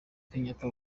kenyatta